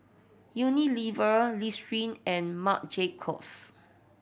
Unilever Listerine and Marc Jacobs